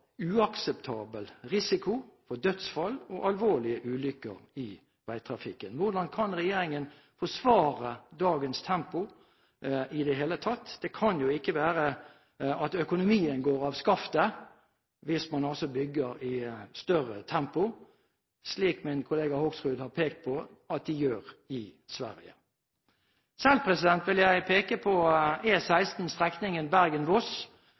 uakseptabel risiko for dødsfall og alvorlige ulykker i veitrafikken. Hvor langt kan regjeringen forsvare dagens tempo i det hele tatt? Det kan jo ikke være at økonomien går av skaftet hvis man bygger i større tempo, slik min kollega Hoksrud har pekt på at det gjør i Sverige. Selv vil jeg peke på E16, strekningen